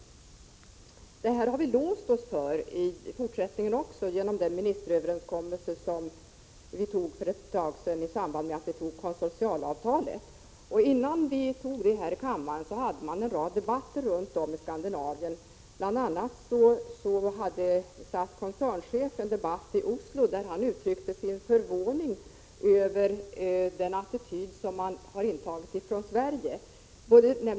Detta system har vi låst oss för även i fortsättningen genom den ministeröverenskommelse fogad till konsortialavtalet som antogs för en tid sedan. Innan vi antog detta här i kammaren pågick en rad debatter runt om i Skandinavien. Bl.a. deltog SAS koncernchef i en debatt i Oslo där han uttryckte sin förvåning över den attityd man intagit.